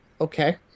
Okay